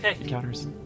encounters